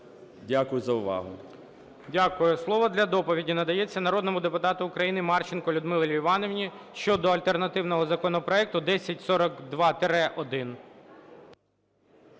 Дякую за увагу.